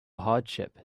hardship